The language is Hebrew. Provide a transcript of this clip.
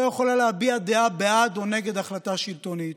יכולה להביע דעה בעד או נגד החלטה שלטונית.